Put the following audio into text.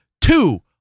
two